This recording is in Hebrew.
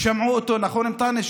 ושמעו אותו, נכון, אנטאנס?